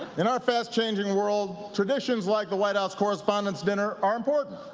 in our fast-changing world, traditions like the white house correspondents' dinner are important.